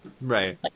Right